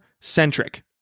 centric